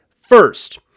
first